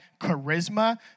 charisma